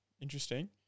Interesting